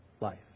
life